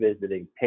visiting